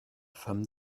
femme